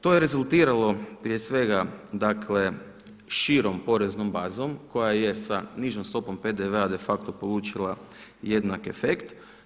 To je rezultiralo prije svega, dakle širom poreznom bazom koja je sa nižom stopom PDV-a de facto polučila jednak efekt.